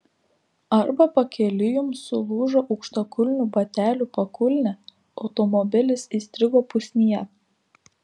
arba pakeliui jums sulūžo aukštakulnių batelių pakulnė automobilis įstrigo pusnyje